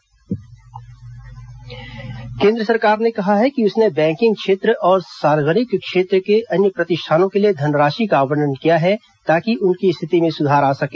केंद्र बैकिंग क्षेत्र केंद्र सरकार ने कहा है कि उसने बैंकिंग क्षेत्र और सार्वजनिक क्षेत्र के अन्य प्रतिष्ठानों के लिए धनराशि का आवंटन किया है ताकि उनकी स्थिति में सुधार आ सके